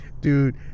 Dude